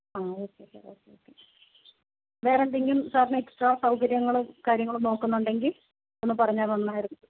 ആഹ് okay sir okay വേറെ എന്തെങ്കിലും സറിനു എക്സ്ട്രാ സൗകര്യങ്ങളും കാര്യങ്ങളും നോക്കുന്നുണ്ടെങ്കിൽ ഒന്ന് പറഞ്ഞാൽ നന്നായിരുന്നു